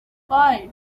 five